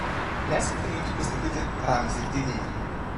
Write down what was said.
leiskite jums pristatyti ramzį didįjį